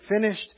finished